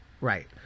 Right